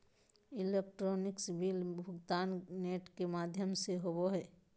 electronic bill भुगतान net के माघ्यम से होवो हइ